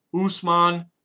Usman